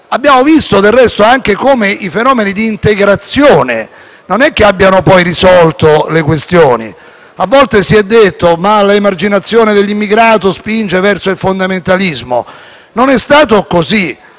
Abbiamo visto, del resto, come i fenomeni di integrazione non abbiano risolto le questioni. A volte si è detto che l'emarginazione dell'immigrato spinge verso il fondamentalismo. Non è stato così